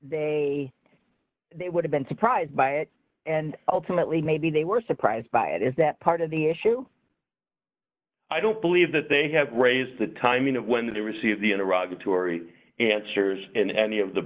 they they would have been surprised by it and ultimately maybe they were surprised by it is that part of the issue i don't believe that they have raised the timing of when they received the a rugged tory answers in any of the